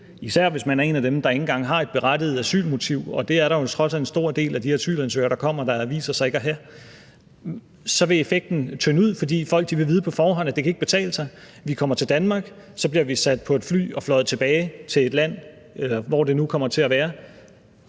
især hvis man er en af dem, der ikke engang har et berettiget asylmotiv, og det er dog trods alt en stor del af de her asylansøgere, der kommer, der viser sig ikke at have, og så vil effekten tynde ud – at det ikke kan betale sig. De kommer til Danmark. Så bliver de sat på et fly og bliver fløjet tilbage til et land, hvor end det nu kommer til at være,